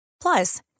Plus